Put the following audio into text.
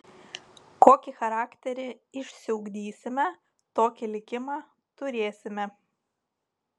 kokį charakterį išsiugdysime tokį likimą turėsime